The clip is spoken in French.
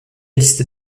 liste